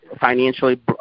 financially